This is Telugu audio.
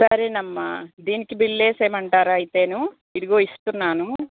సరేనమ్మా దీనికి బిల్ వేసేయమంటారా అయితే ఇదిగో ఇస్తున్నాను